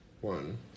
One